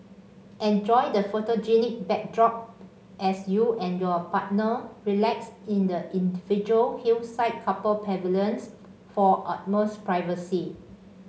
enjoy the photogenic backdrop as you and your partner relax in the individual hillside couple pavilions for utmost privacy